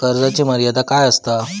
कर्जाची मर्यादा काय असता?